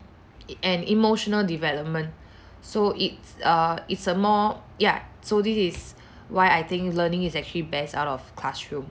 it and emotional development so it's uh it's a more ya so this is why I think learning is actually best out of classroom